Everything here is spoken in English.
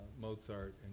Mozart